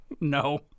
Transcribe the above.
no